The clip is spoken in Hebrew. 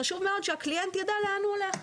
חשוב שהקליינט יידע לאן הוא הולך,